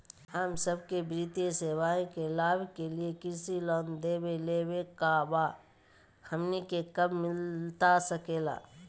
हम सबके वित्तीय सेवाएं के लाभ के लिए कृषि लोन देवे लेवे का बा, हमनी के कब मिलता सके ला?